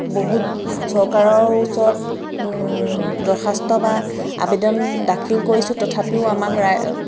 বহুত চৰকাৰৰ ওচৰত দৰ্খাস্ত বা আবেদন দাখিল কৰিছোঁ তথাপিও আমাক